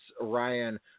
Ryan